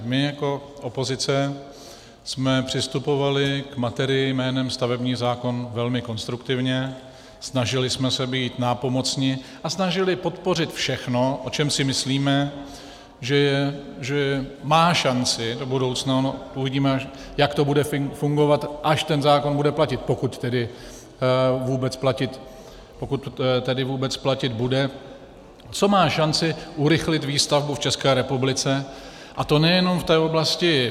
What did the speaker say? My jako opozice jsme přistupovali k materii jménem stavební zákon velmi konstruktivně, snažili jsme se být nápomocni a snažili se podpořit všechno, o čem si myslíme, že má šanci do budoucna uvidíme, jak to bude fungovat, až ten zákon bude platit, pokud tedy vůbec platit bude , co má šanci urychlit výstavbu v České republice, a to nejen v oblasti...